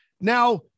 now